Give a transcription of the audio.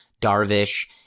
darvish